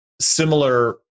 similar